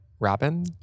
Robin